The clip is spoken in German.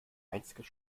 einziges